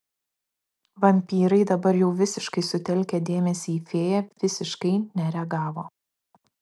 vampyrai dabar jau visiškai sutelkę dėmesį į fėją visiškai nereagavo